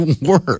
work